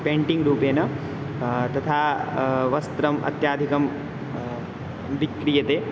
पेण्टिङ्ग्रूपेण तथा वस्त्रम् अत्यधिकं विक्रीयते